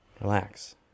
relax